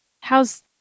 How's